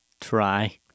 try